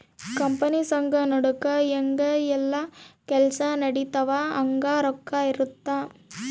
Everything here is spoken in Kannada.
ಕಂಪನಿ ಸಂಘ ನಡುಕ ಹೆಂಗ ಯೆಲ್ಲ ಕೆಲ್ಸ ನಡಿತವ ಹಂಗ ರೊಕ್ಕ ಇರುತ್ತ